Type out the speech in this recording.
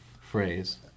phrase